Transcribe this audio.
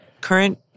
current